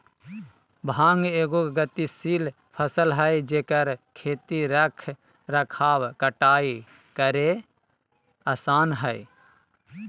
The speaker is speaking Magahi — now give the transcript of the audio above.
भांग एगो गतिशील फसल हइ जेकर खेती रख रखाव कटाई करेय आसन हइ